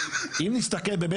לימור סון הר מלך (עוצמה יהודית): אם הוא אומר שיש,